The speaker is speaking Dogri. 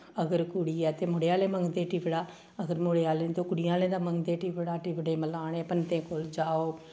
अगर कुड़ी ऐ ते मुड़े आह्ले मंगदे टिवड़ा अगर मुड़े आह्ले न तां कुड़ी आह्लें दा मंगदे टिवड़ा टिवड़े मलाने पंतै कोल जाओ